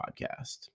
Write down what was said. podcast